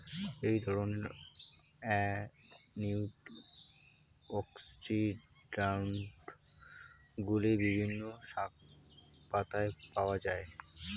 এই ধরনের অ্যান্টিঅক্সিড্যান্টগুলি বিভিন্ন শাকপাতায় পাওয়া য়ায়